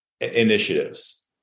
initiatives